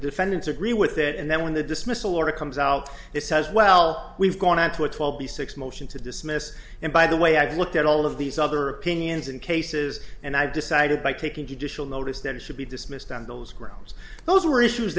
defendants agree with that and then when the dismissal order comes out that says well we've gone to a twelve b six motion to dismiss and by the way i've looked at all of these other opinions and cases and i decided by taking to dish will notice that it should be dismissed on those grounds those were issues